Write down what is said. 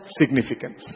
significance